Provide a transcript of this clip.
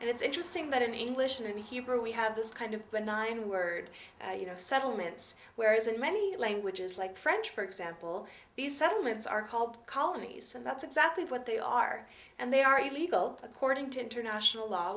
that in english and hebrew we have this kind of nine word you know settlements whereas in many languages like french for example these settlements are called colonies and that's exactly what they are and they are illegal according to international law